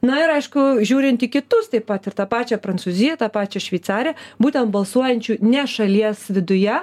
na ir aišku žiūrint į kitus taip pat ir tą pačią prancūziją tą pačią šveicariją būtent balsuojančių ne šalies viduje